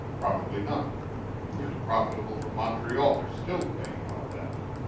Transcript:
probably not. was it profitable for montreal? they're still paying off that one.